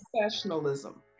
professionalism